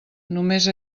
només